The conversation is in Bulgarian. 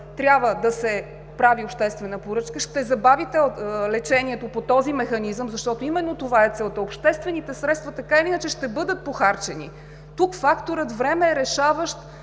трябва да се прави обществена поръчка? Ще забавите лечението по този механизъм, защото именно това е целта – обществените средства така или иначе ще бъдат похарчени! Тук факторът време е решаващ